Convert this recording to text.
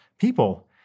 people